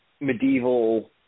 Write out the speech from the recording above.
medieval